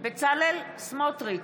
בצלאל סמוטריץ'